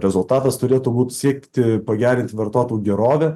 rezultatas turėtų būt siekti pagerinti vartotojų gerovę